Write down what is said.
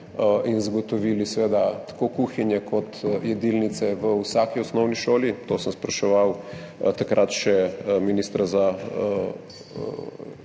in zagotovili seveda tako kuhinje kot jedilnice v vsaki osnovni šoli. To sem spraševal takrat še ministra